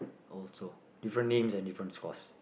also